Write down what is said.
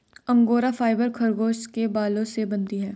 angora fibre खरगोश के बालों से बनती है